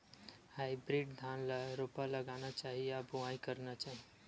Hybrid धान ल रोपा लगाना चाही या बोआई करना चाही?